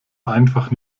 einfach